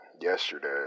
yesterday